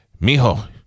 mijo